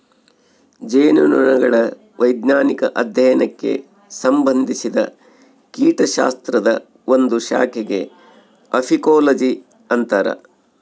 ಜೇನುನೊಣಗಳ ವೈಜ್ಞಾನಿಕ ಅಧ್ಯಯನಕ್ಕೆ ಸಂಭಂದಿಸಿದ ಕೀಟಶಾಸ್ತ್ರದ ಒಂದು ಶಾಖೆಗೆ ಅಫೀಕೋಲಜಿ ಅಂತರ